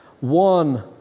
One